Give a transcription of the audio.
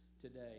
today